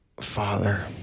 father